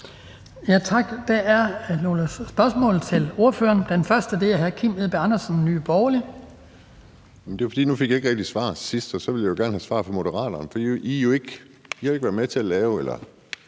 Tak. Der er nogle spørgsmål til ordføreren. Det første er fra hr. Kim Edberg Andersen, Nye Borgerlige. Kl. 19:10 Kim Edberg Andersen (NB): Nu fik jeg ikke rigtig svar sidst, så derfor vil jeg jo gerne have et svar fra Moderaterne, for I har jo ikke været med til at lave – det